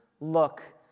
look